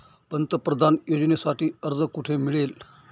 पंतप्रधान योजनेसाठी अर्ज कुठे मिळेल?